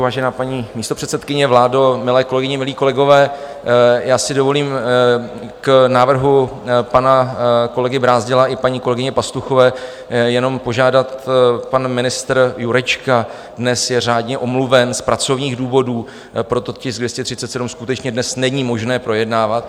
Vážená paní místopředsedkyně, vládo, milé kolegyně, milí kolegové, já si dovolím k návrhu pana kolegy Brázdila i paní kolegyně Pastuchové jenom požádat pan ministr Jurečka je dnes řádně omluven z pracovních důvodů, proto tisk 237 skutečně dnes není možné projednávat.